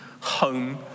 home